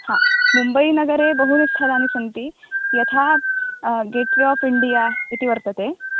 हा मुम्बैनगरे बहूनि स्थलानि सन्ति यथा गेट् वे आफ् इन्डिया इति वर्तते